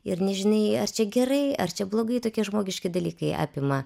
ir nežinai ar čia gerai ar čia blogai tokie žmogiški dalykai apima